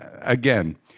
again